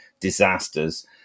disasters